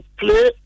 play